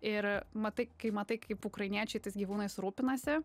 ir matai kai matai kaip ukrainiečiai tais gyvūnais rūpinasi